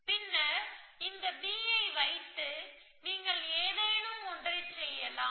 பின்னர் இந்த B ஐ வைத்து நீங்கள் ஏதேனும் ஒன்றைச் செய்யலாம்